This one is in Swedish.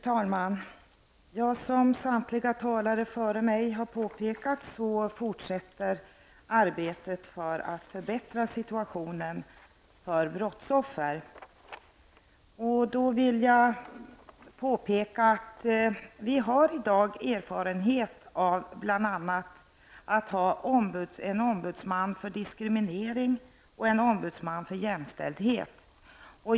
Fru talman! Som samtliga talare före mig har påpekat fortsätter arbetet för att förbättra situationen för brottsoffer. Jag vill påpeka att vi i dag har erfarenhet av att ha bl.a. en ombudsman för diskriminering och en ombudsman för jämställdhet.